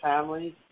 families